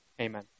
Amen